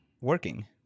working